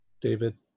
David